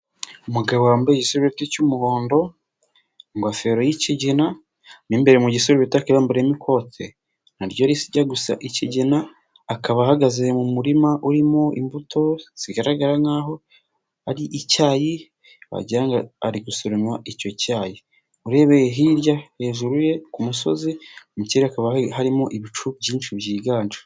Umugabo wambaye igisurubeti cy'umuhondo, ingofero y'ikigina. Mo imbere mu gisisurubeti akaba yambariyemo ikote naryo rijya gusa ikigina. Akaba ahagaze mu murima urimo imbuto zigaragara nk'aho ari icyayi wagira ngo ari gusoroma icyo cyayi. Urebeye hirya hejuru ye ku musozi mu kirere hakaba harimo ibicu byinshi byiganje.